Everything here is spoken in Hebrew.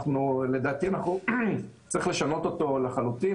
לדעתי צריך לשנות אותו לחלוטין,